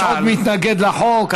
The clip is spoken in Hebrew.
יש עוד מתנגד לחוק אז ככה,